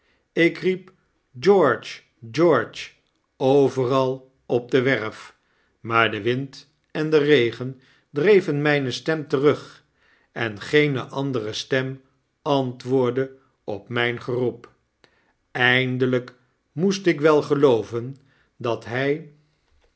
ik riep george george overal op de werf maar de wind en de regen dreven mijne stem terug en geene andere stem antwoordde op myn geroep eindelyk moest ik wel gelooven dat hy